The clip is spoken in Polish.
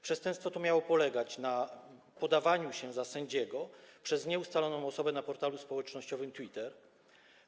Przestępstwo to miało polegać na podawaniu się za sędziego przez nieustaloną osobę na portalu społecznościowym Twitter.